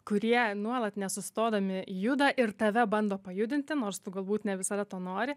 kurie nuolat nesustodami juda ir tave bando pajudinti nors tu galbūt ne visada to nori